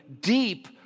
deep